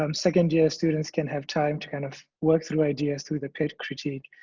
um second year students can have time to kind of work through ideas through the pit critique,